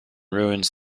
ruins